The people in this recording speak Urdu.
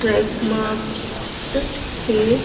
ٹریک مارکس کے